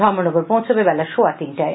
ধর্মনগর পৌছবে বেলা সোয়া তিনটায়